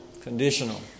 conditional